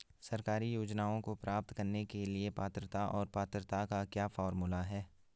सरकारी योजनाओं को प्राप्त करने के लिए पात्रता और पात्रता का क्या फार्मूला है?